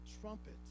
trumpet